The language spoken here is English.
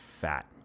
fat